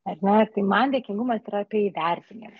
ar ne tai man dėkingumas yra apie įvertinimą